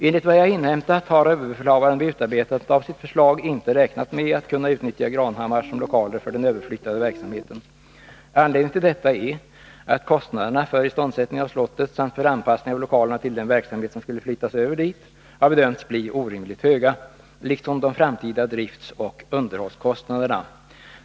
Enligt vad jag har inhämtat har överbefälhavaren vid utarbetandet av sitt förslag inte räknat med att kunna utnyttja Granhammar som lokaler för den överflyttade verksamheten. Anledningen till detta är att kostnaderna för iståndsättning av slottet samt för anpassning av lokalerna till den verksamhet som skulle flyttas över dit har bedömts bli orimligt höga, liksom de framtida driftoch underhållskostnaderna.